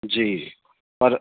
जी पर